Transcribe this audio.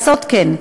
לעשות כן.